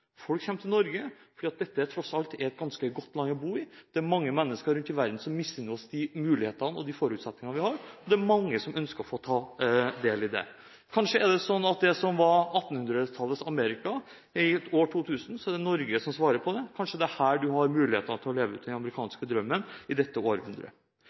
folk å komme til Norge. Nei, folk kommer til Norge fordi dette tross alt er et ganske godt land å bo i. Det er mange mennesker rundt i verden som misunner oss mulighetene og forutsetningene vi har, og det er mange som ønsker å ta del i det. Kanskje er Norge på 2000-tallet 1800-tallets USA. Kanskje er det her man har mulighetene til å leve ut den amerikanske drømmen i dette århundret.